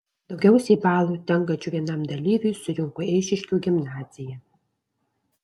daugiausiai balų tenkančių vienam dalyviui surinko eišiškių gimnazija